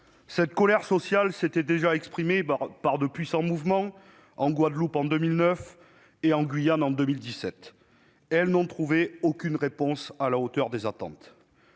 Cette colère sociale s'était déjà exprimée par de puissants mouvements en Guadeloupe en 2009 et en Guyane en 2017. Elle n'a trouvé aucune réponse à la hauteur des attentes.